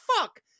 fuck